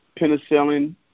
penicillin